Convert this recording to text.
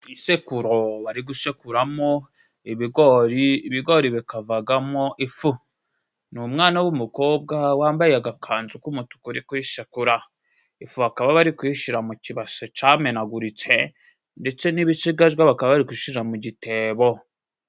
Ku isekuru bari gusekuramo Ibigori, ibigori bikavamo ifu. Ni umwana w'umukobwa wambaye agakanzu k'umutuku uri kuyisekura. Ifu bakaba bari kuyishyira mu kibase cyamenaguritse, ndetse n'ibisigazwa bakaba bari kubishyira mu gitebo.